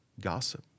gossip